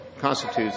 constitutes